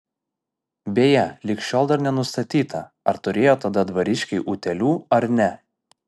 beje lig šiol dar nenustatyta ar turėjo tada dvariškiai utėlių ar ne